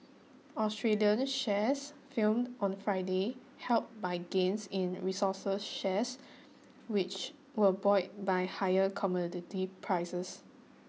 Australian shares filmed on Friday helped by gains in resources shares which were buoyed by higher commodity prices